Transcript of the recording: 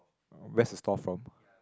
uh where's the store from